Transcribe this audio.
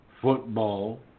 football